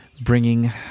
bringing